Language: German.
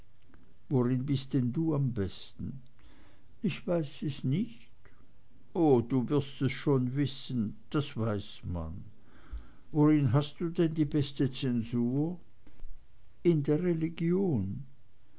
bist du denn am besten ich weiß es nicht oh du wirst es schon wissen das weiß man worin hast du denn die beste zensur in der religion